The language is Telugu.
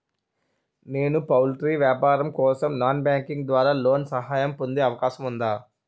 నేను పౌల్ట్రీ వ్యాపారం కోసం నాన్ బ్యాంకింగ్ ద్వారా లోన్ సహాయం పొందే అవకాశం ఉందా?